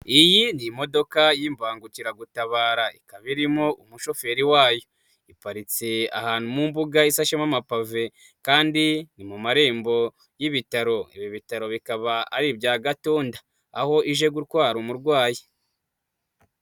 Iyi ni imodoka y'imbangukiragutabara ikaba irimo umushoferi wayo, iparitse ahantu mu mbuga isashemo amapave kandi ni mu marembo y'ibitaro, ibi bitaro bikaba ari ibya Gatunda aho ije gutwara umurwayi.